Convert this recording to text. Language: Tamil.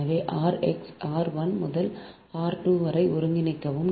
எனவே r 1 முதல் r 2 வரை ஒருங்கிணைக்கவும்